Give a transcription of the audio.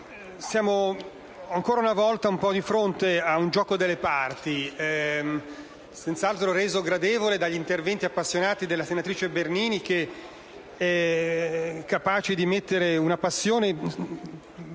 che, ancora una volta, siamo di fronte a un gioco delle parti, senz'altro reso gradevole dagli interventi appassionati dalla senatrice Bernini, capace di mettere una passione